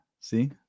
See